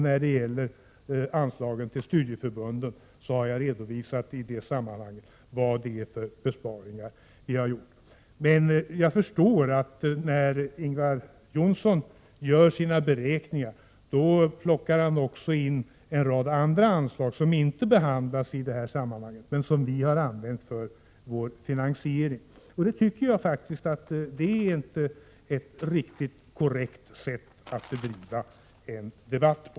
När det gäller anslagen till studieförbunden har jag redovisat vilka besparingar vi har gjort. Jag förstår att Ingvar Johnsson, när han gör sina beräkningar, också plockar in en rad andra anslag som inte behandlas i detta sammanhang men som vi har använt för vår finansiering. Det är inte ett riktigt korrekt sätt att bedriva en debatt på.